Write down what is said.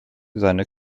seine